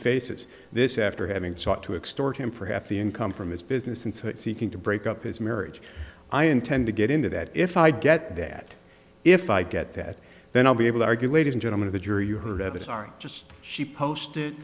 faces this after having sought to extort him for half the income from his business and so it seeking to break up his marriage i intend to get into that if i get that if i get that then i'll be able to argue ladies and gentlemen of the jury you heard of it are just she posted